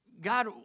God